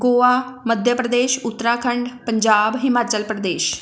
Goa Madhya Pradesh Uttarakhand Punjab Himachal Pradesh